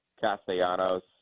Castellanos